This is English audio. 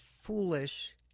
foolish